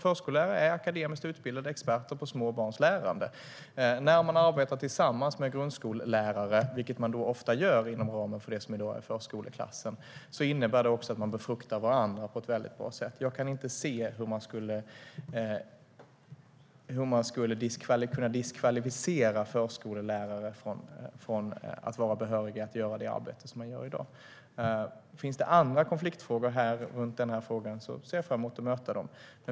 Förskollärare är akademiskt utbildade och experter på små barns lärande. När de arbetar tillsammans med grundskollärare, vilket de ofta gör inom ramen för förskoleklassen, innebär det att de befruktar varandra på ett bra sätt. Jag kan inte se hur man skulle kunna diskvalificera förskollärare från att vara behöriga att göra det arbete som de gör i dag. Om det finns andra konfliktfrågor ser jag fram emot att bemöta dem.